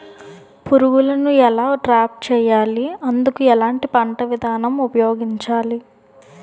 పురుగులను ఎలా ట్రాప్ చేయాలి? అందుకు ఎలాంటి పంట విధానం ఉపయోగించాలీ?